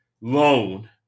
loan